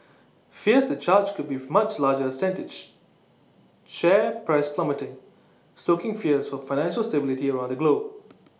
fears the charge could beef much larger sent each share price plummeting stoking fears for financial stability around the globe